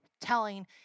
telling